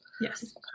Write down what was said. Yes